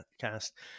cast